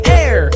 air